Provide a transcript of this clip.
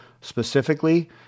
specifically